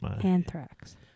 Anthrax